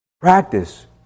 practice